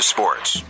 Sports